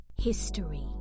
history